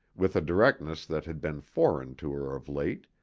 with a directness that had been foreign to her of late,